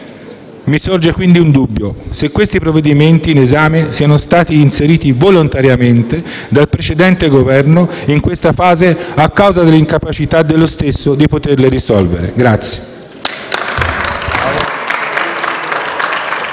Mi sorge quindi un dubbio e mi chiedo se i provvedimenti in esame siano stati inseriti volontariamente dal precedente Governo in questa fase, a causa dell'incapacità dello stesso di affrontare queste